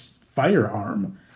firearm